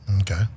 Okay